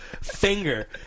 finger